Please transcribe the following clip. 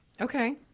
Okay